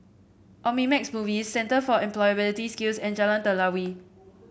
Omnimax Movies Centre for Employability Skills and Jalan Telawi